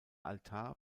altar